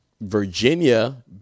Virginia